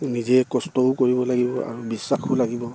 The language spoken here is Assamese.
নিজে কষ্টও কৰিব লাগিব আৰু বিশ্বাসো লাগিব